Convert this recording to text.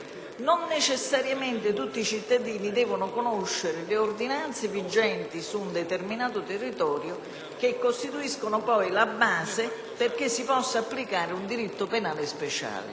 non necessariamente tutti i cittadini devono conoscere le ordinanze vigenti su un determinato territorio che costituiscono poi la base perché si possa applicare un diritto penale speciale.